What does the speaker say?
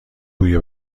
بوی